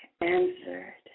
answered